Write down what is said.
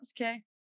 okay